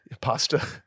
Pasta